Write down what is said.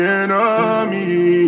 enemy